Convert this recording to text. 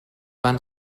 van